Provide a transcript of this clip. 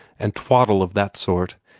and twaddle of that sort.